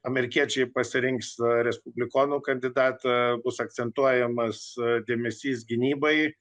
amerikiečiai pasirinks respublikonų kandidatą bus akcentuojamas dėmesys gynybai